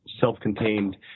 self-contained